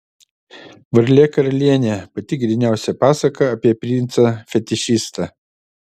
varlė karalienė pati gryniausia pasaka apie princą fetišistą